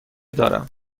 دارم